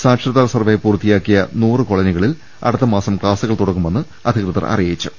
സാക്ഷരതാ സർവേ പൂർത്തിയാക്കിയ നൂറ് കോളനികളിൽ അടുത്തമാസം ക്ലാസുകൾ തുടങ്ങുമെന്ന് അധികൃതർ അറിയിച്ചു